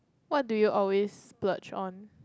what do you always splurge on